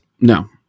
No